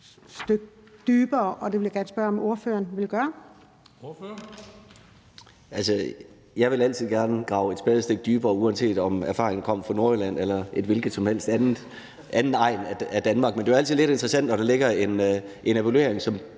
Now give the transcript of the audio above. Formanden (Henrik Dam Kristensen): Ordføreren. Kl. 10:54 Peder Hvelplund (EL): Jeg vil altid gerne grave et spadestik dybere, uanset om erfaringen kommer fra Nordjylland eller en hvilken som helst anden egn af Danmark. Men det er jo altid lidt interessant, når der ligger en evaluering, som